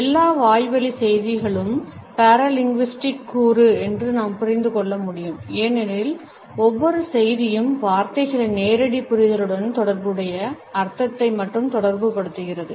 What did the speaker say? எல்லா வாய்வழி செய்திகளும் paralinguistic கூறு என்று நாம் புரிந்து கொள்ள முடியும் ஏனெனில் ஒவ்வொரு செய்தியும் வார்த்தைகளின் நேரடி புரிதலுடன் தொடர்புடைய அர்த்தத்தை மட்டும் தொடர்புபடுத்துகிறது